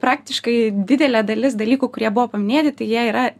praktiškai didelė dalis dalykų kurie buvo paminėti tai jie yra